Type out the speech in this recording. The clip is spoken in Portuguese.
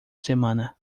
semana